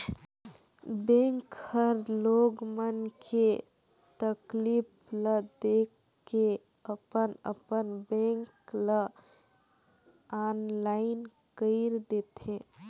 bank हर लोग मन के तकलीफ ल देख के अपन अपन बेंक ल आनलाईन कइर देथे